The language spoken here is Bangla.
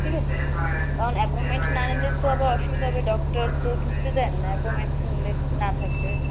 ঠিক আছে কারণ অ্যাপয়েন্টমেন্ট না নিলে তো আবার অসুবিধা হবে ডক্টর তো ঢুকতে দেন না অ্যাপয়েন্টমেন্ট নিলে না থাকলে